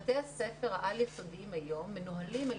בתי הספר העל יסודיים מנוהלים היום על